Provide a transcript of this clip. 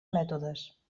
mètodes